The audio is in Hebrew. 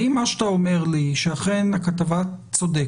האם מה שאתה אומר לי שאכן הכתבה צודקת